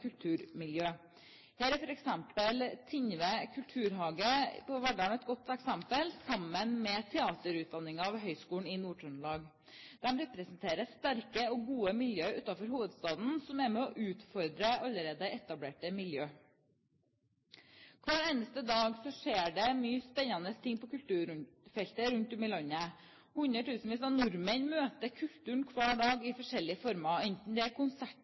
kulturmiljøer. Her er Tingved Kulturhage i Verdal et godt eksempel, sammen med teaterutdanningen ved Høgskolen i Nord-Trøndelag. De representerer sterke og gode miljøer utenfor hovedstaden, som er med på å utfordre allerede etablerte miljøer. Hver eneste dag skjer det mange spennende ting på kulturfeltet rundt om i landet. Hundretusener av nordmenn møter kulturen hver dag i forskjellige former, enten det er